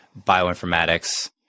bioinformatics